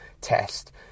test